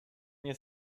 nie